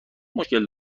مشکل